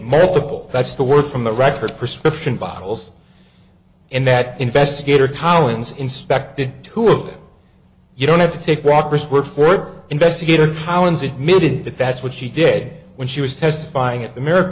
medical that's the word from the record prescription bottles and that investigator collins inspected two of them you don't have to take rockers word for word investigator palin's admitted that that's what she did when she was testifying at the mirror